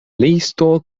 listo